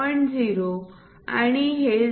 0 आणि हे 0